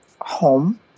home